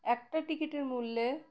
একটা টিকিটের মূল্যে